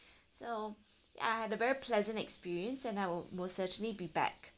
so ya I had a very pleasant experience and I will most certainly be back